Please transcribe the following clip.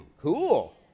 cool